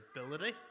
ability